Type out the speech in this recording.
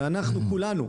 ואנחנו כולנו,